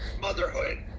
Motherhood